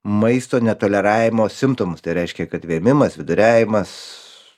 maisto netoleravimo simptomus tai reiškia kad vėmimas viduriavimas